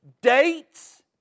dates